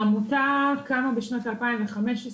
העמותה קמה בשנת 2015,